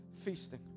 feasting